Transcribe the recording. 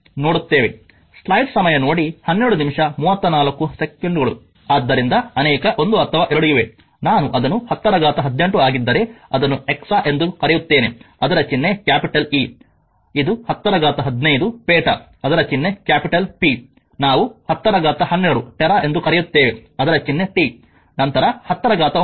ಆದ್ದರಿಂದ ಅನೇಕ 1 ಅಥವಾ 2 ಇವೆ ನಾನು ಅದನ್ನು 10ರ ಘಾತ 18 ಆಗಿದ್ದರೆ ಅದನ್ನು ಎಕ್ಸಾ ಎಂದು ಕರೆಯುತ್ತೇನೆ ಅದರ ಚಿಹ್ನೆ ಕ್ಯಾಪಿಟಲ್ ಇ ಇದು 1015 ಪೆಟಾ ಅದರ ಚಿಹ್ನೆ ಕ್ಯಾಪಿಟಲ್ ಪಿ ನಾವು1012 ಟೆರಾ ಎಂದು ಕರೆಯುತ್ತೇವೆ ಅದರ ಚಿಹ್ನೆ ಟಿ ನಂತರ 10 ರ ಘಾತ 9